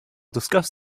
discuss